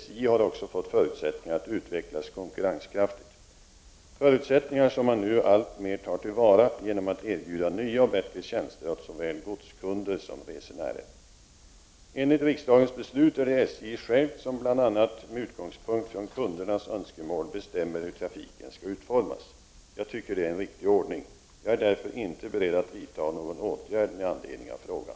SJ har också fått förutsättningar att utvecklas konkurrenskraftigt, förutsättningar som man nu alltmer tar till vara genom att erbjuda nya och bättre tjänster åt såväl godskunder som resenärer. Enligt riksdagens beslut är det SJ självt som bl.a. med utgångspunkt från kundernas önskemål bestämmer hur trafiken skall utformas. Jag tycker attdetta är en riktig ordning. Jag är därför inte beredd att vidta någon åtgärd med anledning av frågan.